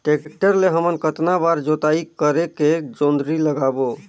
Tractor ले हमन कतना बार जोताई करेके जोंदरी लगाबो?